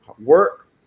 work